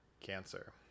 Cancer